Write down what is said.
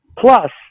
Plus